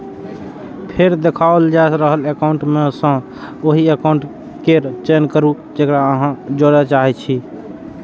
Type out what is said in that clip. फेर देखाओल जा रहल एकाउंट मे सं ओहि एकाउंट केर चयन करू, जेकरा अहां जोड़य चाहै छी